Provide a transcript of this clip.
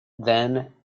then